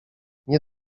nie